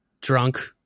drunk